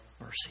mercy